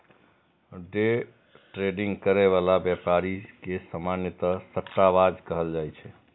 day trading करै बला व्यापारी के सामान्यतः सट्टाबाज कहल जाइ छै